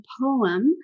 poem